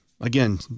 again